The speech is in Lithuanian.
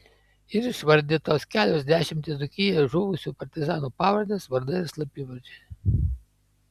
ir išvardytos kelios dešimtys dzūkijoje žuvusiųjų partizanų pavardės vardai ir slapyvardžiai